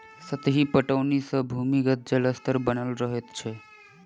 सतही पटौनी सॅ भूमिगत जल स्तर बनल रहैत छै